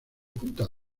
punta